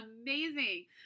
amazing